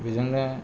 बिजोंनो